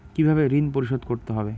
কিভাবে ঋণ পরিশোধ করতে হবে?